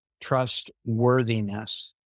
trustworthiness